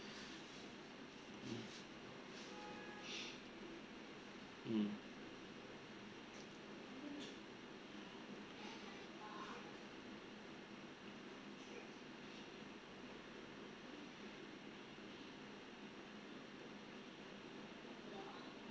mm